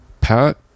Pat